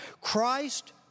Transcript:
Christ